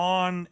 on